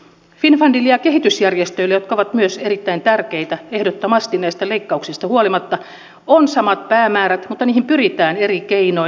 finnfundilla ja kehitysjärjestöillä jotka ovat myös ehdottomasti erittäin tärkeitä näistä leikkauksista huolimatta on samat päämäärät mutta niihin pyritään eri keinoin